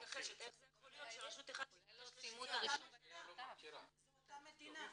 זו אותה מדינה.